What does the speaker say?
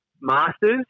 Masters